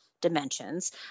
dimensions